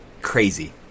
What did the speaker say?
crazy